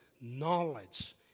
knowledge